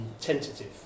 tentative